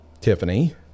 Tiffany